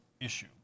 issue